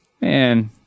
Man